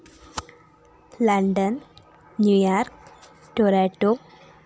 London New York Toronto